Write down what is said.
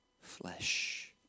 flesh